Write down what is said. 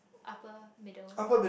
upper middle class